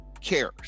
cares